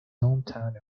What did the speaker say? hometown